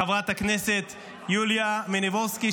לחברת הכנסת יוליה מלינובסקי,